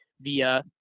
via